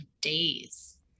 days